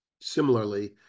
similarly